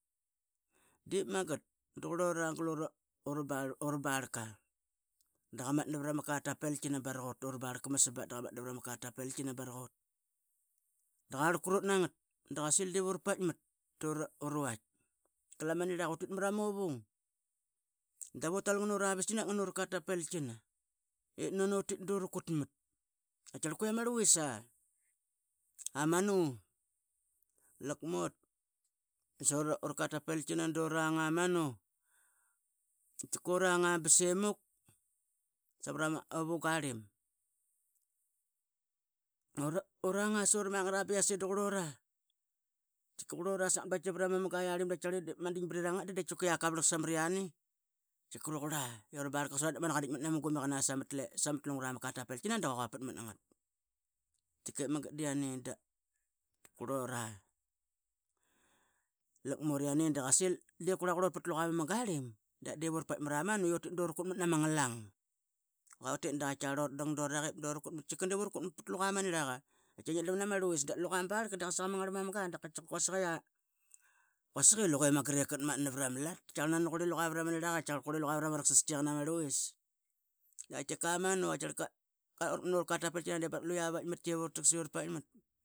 Dip magat du qrlora ma ga ura barlka da qamatna pra ma katapelkina baraqot ur barlqa ma. Sabat da qa matna pra ma katapelkina baraqot. Da qar qrut na ngat da qa sil clip ura paitmat tura vaitk gla ma nirlaqa utit mara muvung dav ura tal ngna ura vistkina dap ngna ra katapelqina i nanu tit duru kutmat tkiakarl, que lama rlus a. Da manu laq mot sura katapelqina durang amanu uranga ba semuk savra ma uvunga arlim uranga sura mangat ba qrlura, qrlur sangat ba, qrlora sangat pra ma munga rlim ba qatkiaqar be ma dinbrirang nga dan da tkiqa qavralak samriani tkiqa rauqrla ura barlqa qasot. Dap mani qa ditmat na ma gumiqana samat lungra ma katapelqina da qa quapat mat ngat. Tkirkep magat diane da qrlora lakmuriane da qa sil di qurla qrlot pat Luqa mamunga arlim da dip ura paitmat amanu i utit dura qutmat na ma nglang. Utit da qatkiqarl urat dang dura qip dura kutmat tkiqa dip urukutmat pat luqa ma nirlaqa tkiaqarl qui ngia drlam na ma rluis. Da luqa ma barlqa di qasa ma agarlmanga quasik i luqa e magat ip qatmatna vara malat tkiaqarl nani qurli luqa vara ma nirlaqa tkiaqar qurli luqa vara ma raksasqi a qana ma rluis. Da qatkiqa manu qa rakmat rura katapelqina di barak lua ma vatmatqi ivura taqsas i ura paitmat.